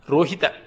Rohita